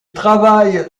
travaille